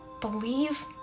believe